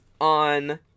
on